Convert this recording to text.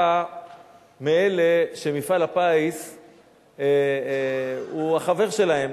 אתה מאלה שמפעל הפיס הוא החבר שלהם,